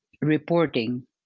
reporting